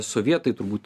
sovietai turbūt